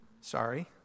sorry